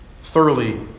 thoroughly